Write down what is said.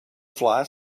fly